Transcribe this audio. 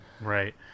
Right